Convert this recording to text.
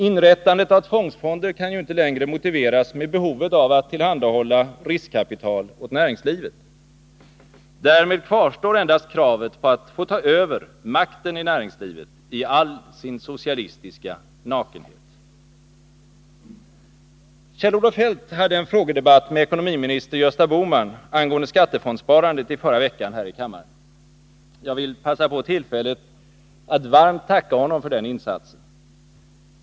Inrättandet av tvångsfonder kan ju inte längre motiveras med behovet av att tillhandahålla riskkapital åt näringslivet. Därmed kvarstår endast kravet på att få ta över makten i näringslivet i all sin socialistiska nakenhet. Kjell-Olof Feldt hade en frågedebatt angående skattefondssparandet med ekonomiminister Gösta Bohman i förra veckan här i kammaren. Jag vill passa på tillfället att varmt tacka honom för den insatsen.